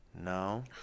No